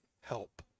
help